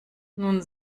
nun